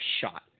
shot